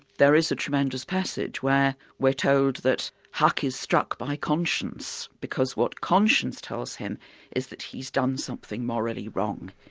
there is a tremendous passage where we're told that huck is struck by conscience, because what conscience tells him is that he's done something morally wrong.